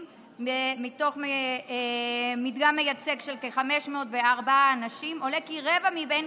מתוך מדגם מייצג של 504 אנשים עולה כי רבע מבין